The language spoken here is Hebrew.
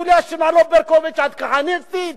יוליה שמאלוב-ברקוביץ, את כהניסטית?